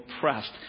pressed